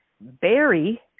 Barry